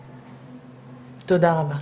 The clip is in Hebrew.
יעל: תודה רבה.